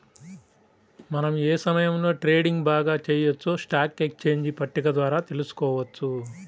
మనం ఏ సమయంలో ట్రేడింగ్ బాగా చెయ్యొచ్చో స్టాక్ ఎక్స్చేంజ్ పట్టిక ద్వారా తెలుసుకోవచ్చు